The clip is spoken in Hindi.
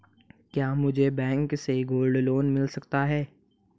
क्या मुझे बैंक से गोल्ड लोंन मिल सकता है?